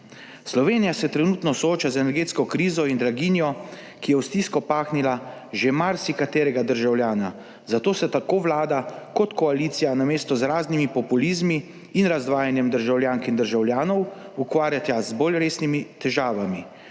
Slovenija se trenutno sooča z energetsko krizo in draginjo, ki je v stisko pahnila že marsikaterega državljana, zato se tako Vlada kot koalicija namesto z raznimi populizmi in razvajanjem državljank in državljanov ukvarjata z bolj resnimi težavami.